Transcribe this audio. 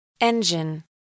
Engine